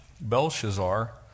Belshazzar